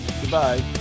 Goodbye